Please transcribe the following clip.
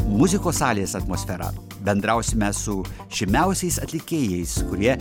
muzikos salės atmosferą bendrausime su žymiausiais atlikėjais kurie